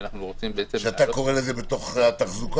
ואנחנו רוצים --- אתה קורא לזה בתוך התחזוקה?